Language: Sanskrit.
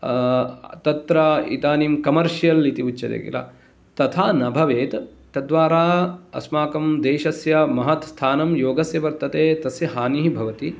तत्र इदानीं कमर्शियल् इति उच्यते किल तथा न भवेत् तद्द्वारा अस्माकं देशस्य महत् स्थानं योगस्य वर्तते तस्य हानिः भवति